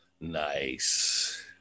Nice